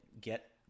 get